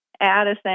Addison